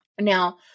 Now